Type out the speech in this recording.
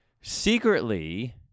Secretly